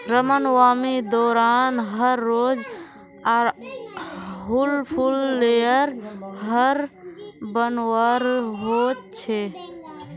रामनवामी दौरान हर रोज़ आर हुल फूल लेयर हर बनवार होच छे